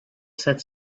said